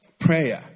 prayer